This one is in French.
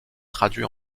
traduit